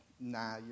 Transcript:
nah